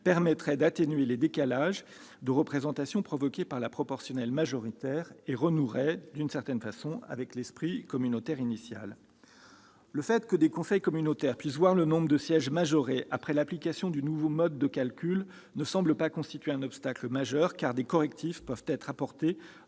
permettrait d'atténuer les décalages de représentation provoqués par la proportionnelle majoritaire et renouerait, d'une certaine façon, avec l'esprit communautaire initial. Le fait que des conseils communautaires puissent voir leur nombre de sièges majoré après l'application du nouveau mode de calcul ne semble pas constituer un obstacle majeur, car des correctifs peuvent être apportés,